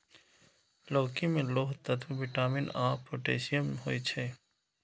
लौकी मे लौह तत्व, विटामिन आ पोटेशियम होइ छै